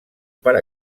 per